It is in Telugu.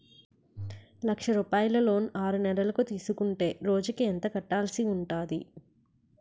లక్ష రూపాయలు లోన్ ఆరునెలల కు తీసుకుంటే రోజుకి ఎంత కట్టాల్సి ఉంటాది?